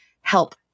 help